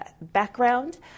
background